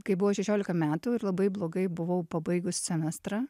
kai buvo šešioliką metų ir labai blogai buvau pabaigus semestrą